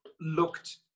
Looked